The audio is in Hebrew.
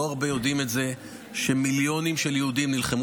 לא הרבה יודעים את זה שמיליונים של יהודים נלחמו